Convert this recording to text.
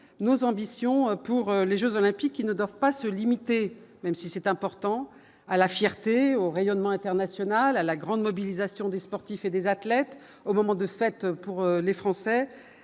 nos ambitions pour les Jeux olympiques, qui ne doivent pas se limiter, même si c'est important à la fierté au rayonnement international, à la grande mobilisation des sportifs et des athlètes au moment de cette pour les Français